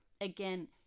again